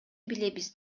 билебиз